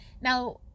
Now